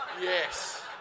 Yes